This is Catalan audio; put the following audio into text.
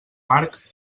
marc